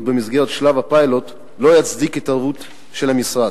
במסגרת שלב הפיילוט לא יצדיק התערבות של המשרד.